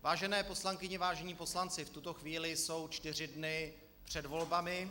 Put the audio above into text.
Vážené poslankyně, vážení poslanci, v tuto chvíli jsou čtyři dny před volbami.